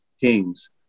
Kings